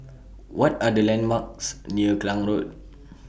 What Are The landmarks near Klang Road